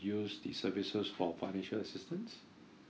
use the services for financial assistance